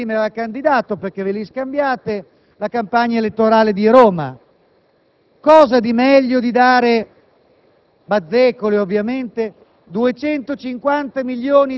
abbiamo la campagna elettorale di quello che prima era candidato, perché ve li scambiate, la campagna elettorale di Roma. Cosa c'è di meglio che dare